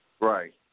Right